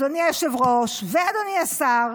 אדוני היושב-ראש ואדוני השר,